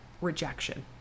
rejection